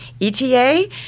ETA